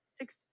six